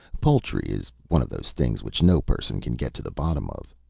poultry is one of those things which no person can get to the bottom of,